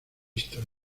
visto